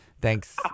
thanks